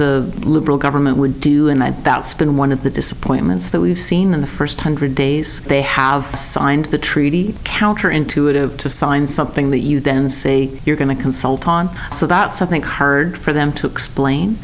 the liberal government would do and that that's been one of the disappointments that we've seen in the first hundred days they have signed the treaty counter intuitive to sign something that you then say you're going to consult on so that something hard for them to explain